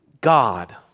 God